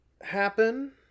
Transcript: happen